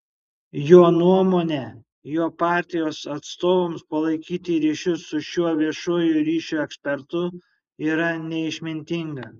jo nuomone jo partijos atstovams palaikyti ryšius su šiuo viešųjų ryšių ekspertu yra neišmintinga